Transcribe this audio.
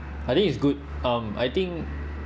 I think it's good um I think